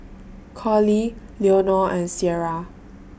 Colie Leonore and Ciera